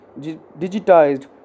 digitized